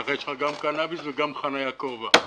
כך יש לך גם קנביס וגם חניה קרובה ...